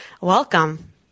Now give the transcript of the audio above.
welcome